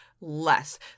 Less